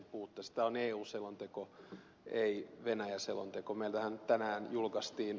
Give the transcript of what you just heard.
tämä on eu selonteko ei venäjä selonteko